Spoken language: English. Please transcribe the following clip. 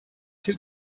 too